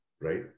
right